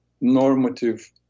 normative